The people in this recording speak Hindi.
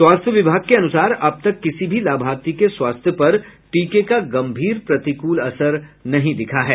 स्वास्थ्य विभाग के अनुसार अब तक किसी भी लाभार्थी के स्वास्थ्य पर टीके का गंभीर प्रतिकूल असर नहीं दिखा है